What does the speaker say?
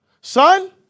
Son